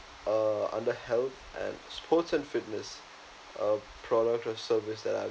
uh under health and sports and fitness uh product or service that I